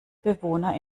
bewohner